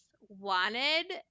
wanted